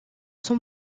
son